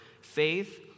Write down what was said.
faith